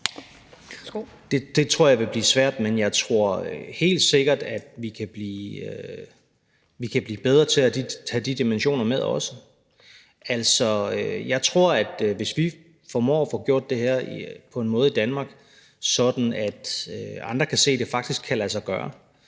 Det tror jeg ville blive svært, men jeg tror helt sikkert, at vi kan blive bedre til også at tage de dimensioner med. Altså, jeg tror, at hvis vi formår at få gjort det her på en måde i Danmark, sådan at andre kan se, at det faktisk kan lade sig gøre,